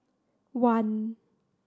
one